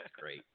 Great